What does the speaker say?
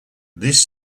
this